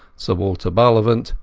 sir walter bullivant,